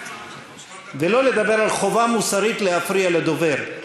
ולא לדבר על חובה מוסרית להפריע לדובר.